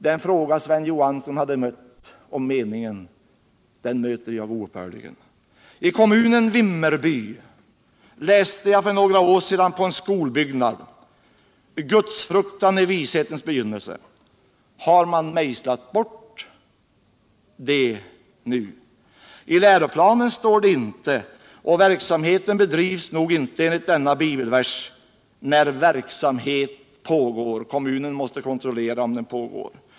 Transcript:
Den fråga som Sven Johansson hade mött om meningen möter jag oupphörligen. I kommunen Vimmerby läste jag för några år sedan på en skolbyggnad: ”Gudsfruktan är vishetens begynnelse.” Har man mejslat bort det nu? I läroplanen står det inte. och verksamheten bedrivs nog inte enligt denna bibelvers — när verksamhet pågår. Kommunen måste kontrollera om den pågår.